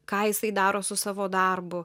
ką jisai daro su savo darbu